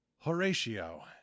Horatio